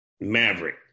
Maverick